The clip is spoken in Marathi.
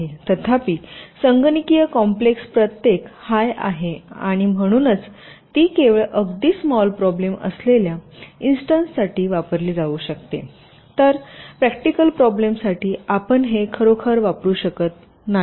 तथापिसंगणकीय कॉम्प्लेक्स प्रत्येक हाय आहे आणि म्हणूनच ती केवळ अगदी स्मॉल प्रॉब्लेम असलेल्या इन्स्टंट्ससाठी वापरली जाऊ शकते तर प्रॅक्टिकल प्रॉब्लेमसाठी आपण हे खरोखर वापरू शकत नाही